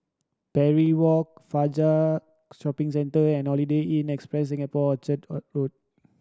Parry Walk Fajar Shopping Centre and Holiday Inn Express Singapore Road